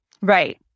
Right